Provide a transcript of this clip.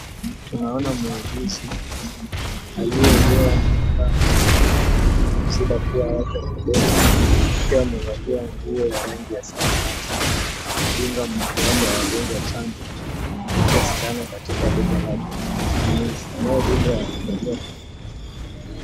Tunaona muuguzi aliyevaa maski akitoa sindano. Mwingine amevaa nguo ya rangi ya samawati akidungwa mmoja wapo ya wagonjwa wa chanjo kupitia sindano katika bega lake...